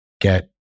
get